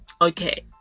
Okay